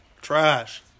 Trash